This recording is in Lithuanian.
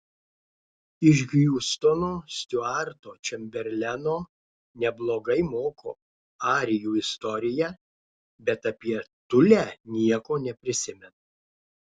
iš hiustono stiuarto čemberleno neblogai moku arijų istoriją bet apie tulę nieko neprisimenu